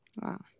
wow